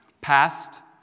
Past